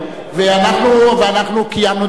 ואנחנו קיימנו את הכנסת.